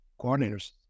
coordinators